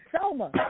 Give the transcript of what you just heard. Selma